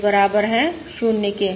यह बराबर है 0 से